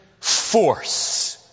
force